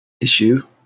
issue